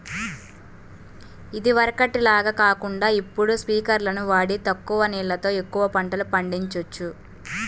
ఇదివరకటి లాగా కాకుండా ఇప్పుడు స్పింకర్లును వాడి తక్కువ నీళ్ళతో ఎక్కువ పంటలు పండిచొచ్చు